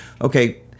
Okay